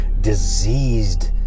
diseased